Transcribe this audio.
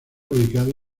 ubicado